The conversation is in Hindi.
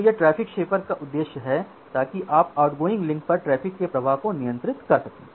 तो यह ट्रैफ़िक शेपर का उद्देश्य है ताकि आप आउटगोइंग लिंक पर ट्रैफ़िक के प्रवाह को नियंत्रित कर सकें